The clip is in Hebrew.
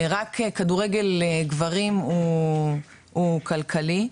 רק כדורגל גברים הוא כלכלי,